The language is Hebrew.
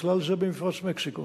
בכלל זה במפרץ מקסיקו.